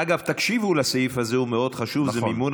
אגב, תקשיבו לסעיף הזה, הוא מאוד חשוב.